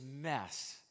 mess